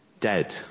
dead